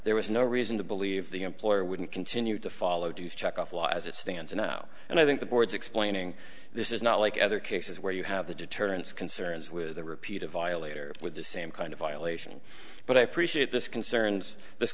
there was no reason to believe the employer wouldn't continue to follow dues checkoff law as it stands now and i think the board's explaining this is not like other cases where you have the deterrence concerns with the repeated violator with the same kind of violation but i appreciate this concerns this